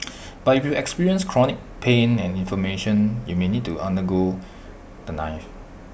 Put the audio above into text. but if you experience chronic pain and inflammation you may need to under go the knife